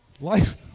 Life